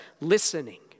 listening